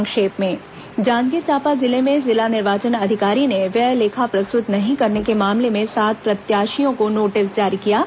संक्षिप्त समाचार जांजगीर चांपा जिले में जिला निर्वाचन अधिकारी ने व्यय लेखा प्रस्तुत नहीं करने के मामले में सात प्रत्याशियों को नोटिस जारी किया है